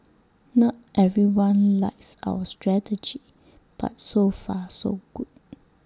not everyone likes our strategy but so far so good